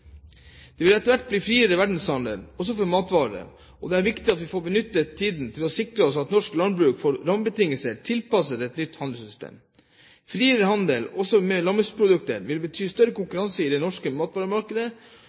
Det vil etter hvert bli en friere verdenshandel også for matvarer, og det er viktig at vi benytter tiden til å sikre at norsk landbruk får rammebetingelser tilpasset et nytt handelssystem. Friere handel også med landbruksprodukter vil bety større konkurranse i det norske matvaremarkedet,